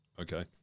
Okay